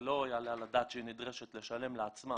לא יעלה על הדעת שהיא נדרשת לשלם לעצמה